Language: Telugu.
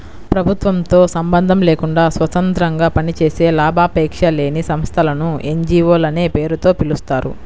ప్రభుత్వంతో సంబంధం లేకుండా స్వతంత్రంగా పనిచేసే లాభాపేక్ష లేని సంస్థలను ఎన్.జీ.వో లనే పేరుతో పిలుస్తారు